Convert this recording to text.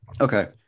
Okay